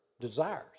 desires